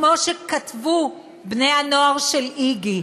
כמו שכתבו בני-הנוער של איג"י,